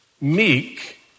meek